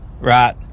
right